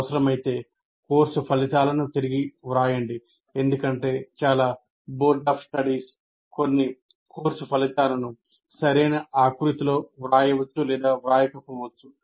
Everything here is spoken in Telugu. అవసరమైతే కోర్సు ఫలితాలను తిరిగి వ్రాయండి ఎందుకంటే చాలా బోర్డ్ ఆఫ్ స్టడీస్ కొన్ని కోర్సు ఫలితాలను సరైన ఆకృతిలో వ్రాయవచ్చు లేదా వ్రాయ కపోవచ్చు